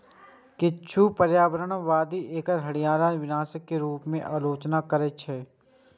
किछु पर्यावरणवादी एकर हरियाली विनाशक के रूप मे आलोचना करै छै